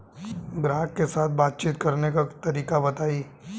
ग्राहक के साथ बातचीत करने का तरीका बताई?